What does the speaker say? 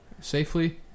safely